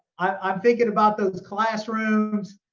i'm thinking about those classrooms.